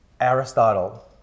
Aristotle